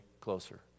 closer